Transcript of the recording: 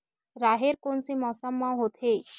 राहेर कोन से मौसम म होथे?